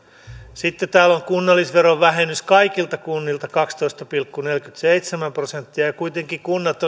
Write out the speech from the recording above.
sitten täällä on kunnallisveron vähennys kaikilta kunnilta kaksitoista pilkku neljäkymmentäseitsemän prosenttia ja ja kuitenkin kunnat